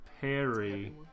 Perry